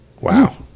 Wow